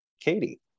Katie